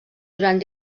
durant